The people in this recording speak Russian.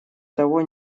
того